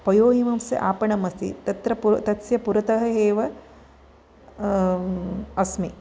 पयोहिमस्य आपणमस्ति तत्र पुरत तस्य पुरतः एव अस्मि